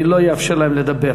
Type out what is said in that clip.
אני לא אאפשר להם לדבר.